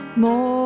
more